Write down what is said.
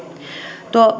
tuo